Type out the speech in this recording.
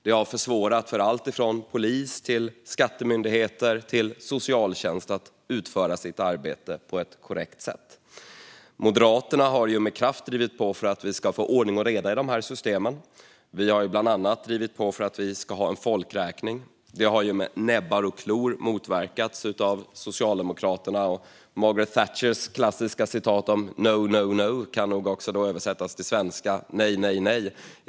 Det har försvårat för alltifrån polis till skattemyndigheter och socialtjänst att utföra sitt arbete på ett korrekt sätt. Moderaterna har med kraft drivit på för att vi ska få ordning och reda i de här systemen. Vi har bland annat drivit på för en folkräkning. Det har Socialdemokraterna motverkat med näbbar och klor. Margaret Thatchers klassiska "No, no, no" kan här översättas till "Nej, nej, nej!